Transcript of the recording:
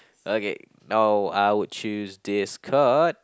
okay now I would choose this card